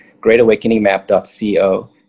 greatawakeningmap.co